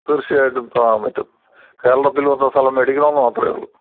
തീർച്ചയായിട്ടും തുടങ്ങാൻ പറ്റും കേരളത്തിൽ വന്ന് സ്ഥലം വേടിക്കണം എന്ന് മാത്രമേ ഉള്ളൂ